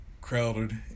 crowded